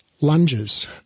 lunges